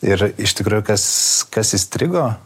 ir iš tikrųjų kas kas įstrigo